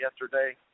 yesterday